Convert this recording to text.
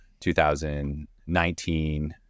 2019